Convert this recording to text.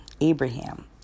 Abraham